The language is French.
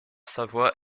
savoie